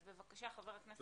אז בבקשה, חבר הכנסת מיקי לוי.